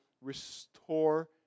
restore